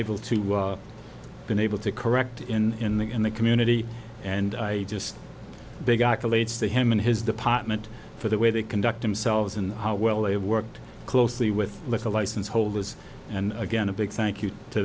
able to been able to correct in in the in the community and i just big accolades to him in his department for the way they conduct themselves and how well they've worked closely with little license holders and again a big thank you to